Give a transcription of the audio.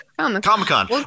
Comic-Con